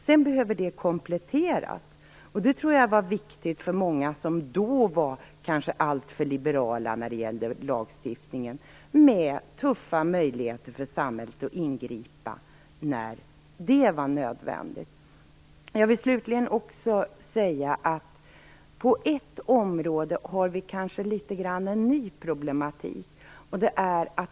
Sedan behöver detta kompletteras. Jag tror att det var viktigt för många som då kanske var alltför liberala när det gäller lagstiftningen med tuffa möjligheter för samhället att ingripa när det var nödvändigt. Jag vill slutligen också säga att vi har en litet ny problematik på ett område.